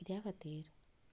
कित्या खातीर